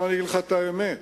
אגיד לך את האמת,